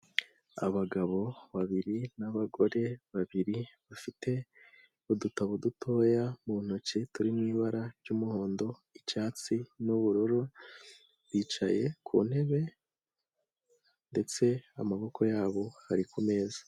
Abagabo babiri n'abagore babiri bafite udutabo dutoya mu ntoki turi mu ibara ry'umuhondo, icyatsi n'ubururu, bicaye ku ntebe ndetse amaboko yabo ari ku meza.